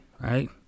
right